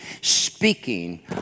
speaking